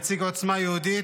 נציג עוצמה יהודית,